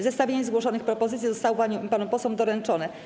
Zestawienie zgłoszonych propozycji zostało panią i panom posłom doręczone.